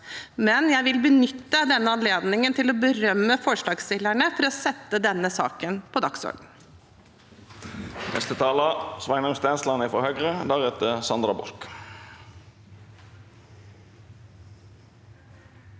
men jeg vil benytte anledningen til å berømme forslagsstillerne for å sette saken på dagsordenen.